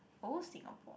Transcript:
whole Singapore